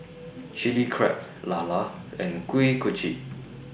Chilli Crab Lala and Kuih Kochi